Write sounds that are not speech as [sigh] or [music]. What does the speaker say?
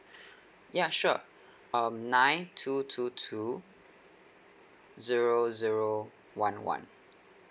[breath] ya sure um nine two two two zero zero one one